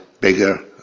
bigger